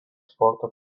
sporto